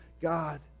God